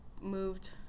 moved